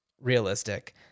realistic